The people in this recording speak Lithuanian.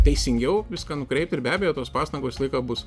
teisingiau viską nukreipt ir be abejo tos pastangos visą laiką bus